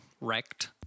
wrecked